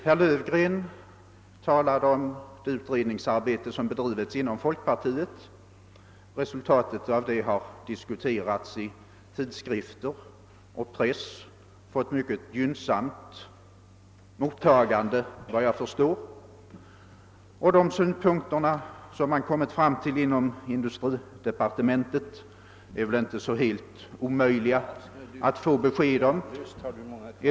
Herr Löfgren talade om det utredningsarbete som bedrivits inom folkpartiet. Resultatet av det har diskuterats i tidskrifter och press och fått ett mycket gynnsamt mottagande, såvitt jag förstår. De synpunkter man kommit fram till inom industridepartementet är det väl inte helt omöjligt att få besked om.